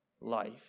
life